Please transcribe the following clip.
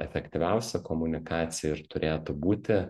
efektyviausia komunikacija ir turėtų būti